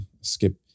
skip